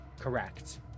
Correct